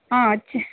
ಹಾಂ ಅಚ್ಚ